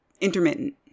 intermittent